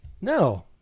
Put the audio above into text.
No